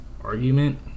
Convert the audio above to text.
argument